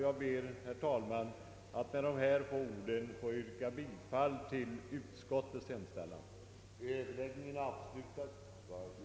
Jag vill, herr talman, med dessa få ord yrka bifall till utskottets hemställan.